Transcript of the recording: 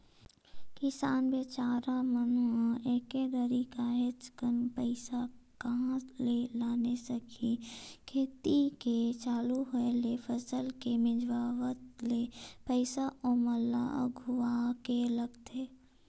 किसान बिचारा मन ह एके दरी काहेच कन पइसा कहाँ ले लाने सकही खेती के चालू होय ले फसल के मिंजावत ले पइसा ओमन ल अघुवाके लगथे